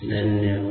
धन्यवाद